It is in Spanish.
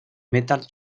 metal